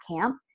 camp